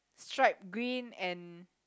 stripe green and